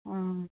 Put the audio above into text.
অ